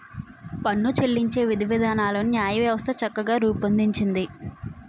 పన్నులు చెల్లించే విధివిధానాలను న్యాయవ్యవస్థ చక్కగా రూపొందించింది